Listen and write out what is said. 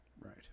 Right